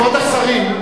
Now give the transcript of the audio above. כבוד השרים.